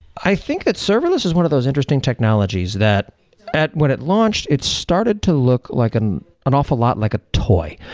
i think that serverless is one of those interesting technologies that when it launched, it started to look like an an awful lot like a toy,